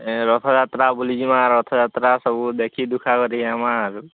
ଏ ରଥଯାତ୍ରା ବୁଲି ଯିବା ରଥଯାତ୍ରା ସବୁ ଦେଖି ଦୁଖା କରି ଆଇମା ଆରୁ